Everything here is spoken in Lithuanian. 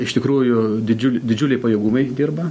iš tikrųjų didžiul didžiuliai pajėgumai dirba